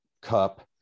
cup